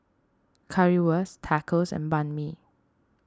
Currywurst Tacos and Banh Mi